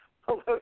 Hello